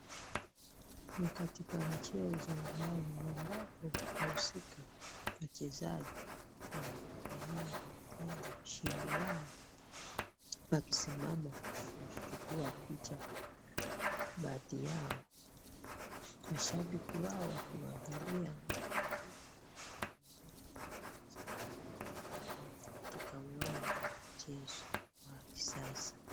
Ni katika mchezo maalum ambapo wahusika wachezaji wanafurahia labda ushindi wao waliosimama na kuchukua picha baadhi yao. Mashabiki wao wakiwavalia na kuketi mahali ambapo mashabiki wanakaa katika uwanja wa michezo wa kisasa.